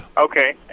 Okay